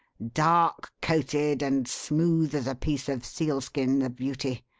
dark-coated and smooth as a piece of sealskin, beauty.